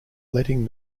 letting